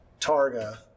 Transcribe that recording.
Targa